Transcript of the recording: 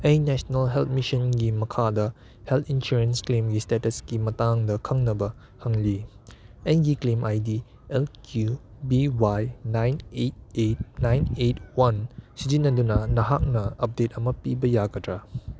ꯑꯩ national health ꯃꯤꯁꯟꯒꯤ ꯃꯈꯥꯗ ꯍꯦꯜꯠ ꯏꯟꯁꯨꯔꯦꯟꯁ ꯀ꯭ꯂꯦꯝꯒꯤ ꯏꯁꯇꯦꯇꯁꯀꯤ ꯃꯇꯥꯡꯗ ꯈꯪꯅꯕ ꯍꯪꯂꯤ ꯑꯩꯒꯤ claim I D L Q B Y nine eight eight nine eight one ꯁꯤꯖꯤꯟꯅꯗꯨꯅ ꯅꯍꯥꯛꯅ ꯑꯞꯗꯦꯠ ꯑꯃ ꯄꯤꯕ ꯌꯥꯒꯗ꯭ꯔ